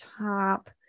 top